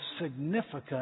significant